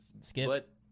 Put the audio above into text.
Skip